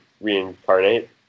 reincarnate